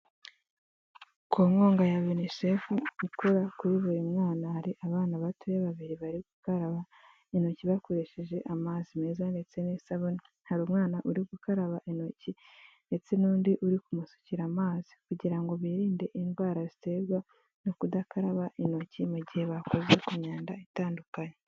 Ku nkunga ya UNICEF ikura kuri buri mwana, hari abana batoya babiri bari gukaraba intoki bakoresheje amazi meza ndetse n'isabune, hari umwana uri gukaraba intoki ndetse n'undi uri kumusukira amazi, kugira ngo birinde indwara ziterwa no kudakaraba intoki mu gihe bakoze ku myanda itandukanye.